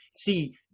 See